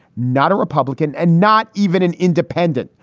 not a republican, and not even an independent.